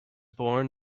born